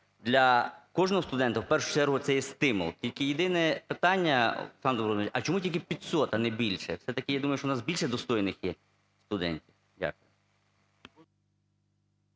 для кожного студента, в першу чергу, це є стимул. Тільки єдине питання, пан Олександр, а чому тільки 500, а не більше? Все-таки, я думаю, що у нас більше достойних є студентів. Дякую.